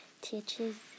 teaches